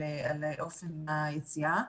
על אופן היציאה.